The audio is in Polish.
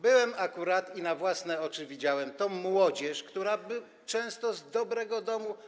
Byłem tam akurat i na własne oczy widziałem tę młodzież, która jest często z dobrego domu.